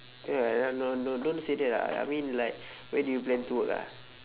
ya no no no don't say that ah I mean like where do you plan to work ah